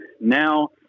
Now